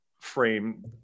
frame